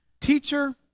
teacher